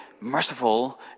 merciful